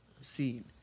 scene